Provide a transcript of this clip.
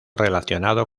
relacionado